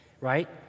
right